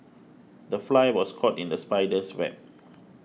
the fly was caught in the spider's web